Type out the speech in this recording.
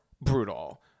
brutal